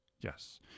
yes